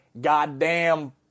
goddamn